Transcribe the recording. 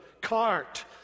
cart